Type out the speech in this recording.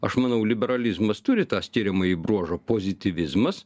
aš manau liberalizmas turi tą skiriamąjį bruožą pozityvizmas